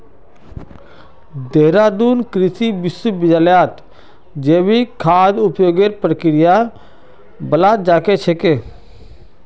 देहरादून कृषि विश्वविद्यालयत जैविक खाद उपयोगेर प्रक्रिया बताल जा छेक